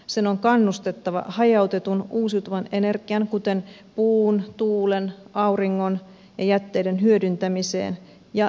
sen on kannustettava hajautetun uusiutuvan energian kuten puun tuulen auringon ja jätteiden hyödyntämiseen ja energiatehokkuuteen